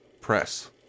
press